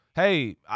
hey